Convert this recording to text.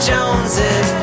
Joneses